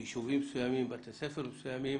ביישובים מסוימים, בתי ספר מסוימים